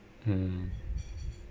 mm